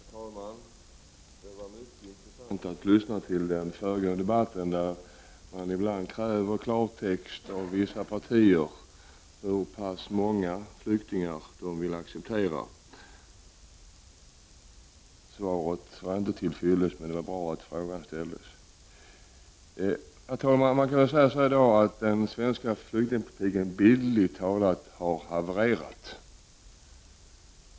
Herr talman! Det var mycket intressant att lyssna till den föregående debatten, där man krävde besked i klartext av vissa partier om hur många flyktingar de vill acceptera. Svaret var inte till fyllest, men det var bra att frågan ställdes. Herr talman! I dag kan man säga att den svenska flyktingpolitiken bildligt talat har havererat.